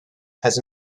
has